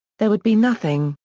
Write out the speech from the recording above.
there would be nothing,